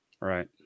Right